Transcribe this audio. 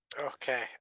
Okay